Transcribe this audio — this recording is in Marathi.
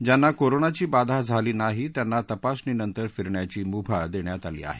ज्यांना कोरोनाची बाधा झाली नाही त्यांना तपासणीनंतर फिरण्याची मुभा देण्यात आली आहे